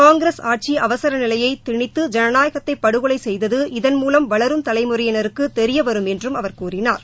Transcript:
காங்கிரஸ் ஆட்சி அவசர நிலையை திணித்து ஜனநாயகத்தை படுகொலை செய்தது இதன் மூலம் வளரும் தலைமுறையினருக்கு தெரியவரும் என்று அவர் கூறினார்